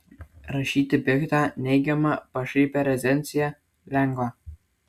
rašyti piktą neigiamą pašaipią recenziją lengva